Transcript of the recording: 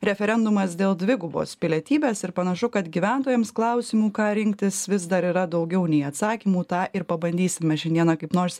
referendumas dėl dvigubos pilietybės ir panašu kad gyventojams klausimų ką rinktis vis dar yra daugiau nei atsakymų tą ir pabandysime šiandieną kaip nors